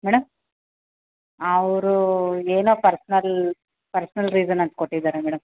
madam ಅವರು ಏನೊ personal personal reason ಅಂತ ಕೊಟ್ಟಿದ್ದಾರೆ ಮೇಡಮ್